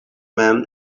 mem